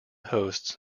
hosts